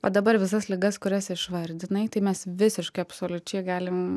o dabar visas ligas kurias išvardinai tai mes visiškai absoliučiai galim